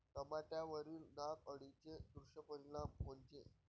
टमाट्यावरील नाग अळीचे दुष्परिणाम कोनचे?